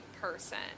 person